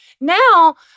Now